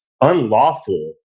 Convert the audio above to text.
unlawful